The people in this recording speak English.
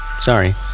Sorry